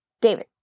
David